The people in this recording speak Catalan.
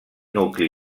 nucli